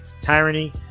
tyranny